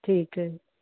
ਠੀਕ ਹੈ ਜੀ